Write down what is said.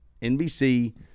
NBC